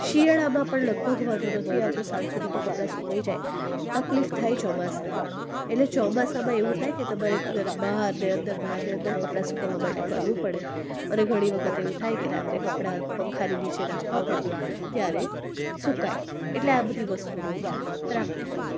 શિયાળામાં પણ લગભગ વાંધો નથી આવતો સાંજ સુધી તો કપડાં સુકાઈ જાય તકલીફ થાય ચોમાસાની એટલે ચોમાસામાં એવું થાય કે તમારે બહાર ને અંદર બહાર ને અંદર કપડાં સૂકવવા માટે કરવું પડે અને ઘણી વખત એવું થાય કે રાત્રે કપડાં પંખાની નીચે નાખવા પડે ત્યારે સુકાય એટલે આ બધી વસ્તુનું ધ્યાન રાખવું પડે